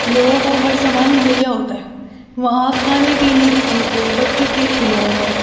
لوگوں کو ہر سامان مہیا ہوتا ہے وہاں کھانے پینے کی چیزیں بچوں کے کھلونے